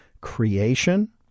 creation